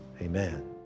Amen